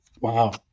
Wow